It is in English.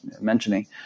mentioning